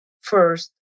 first